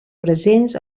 presents